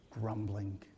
grumbling